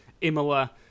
Imola